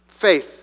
faith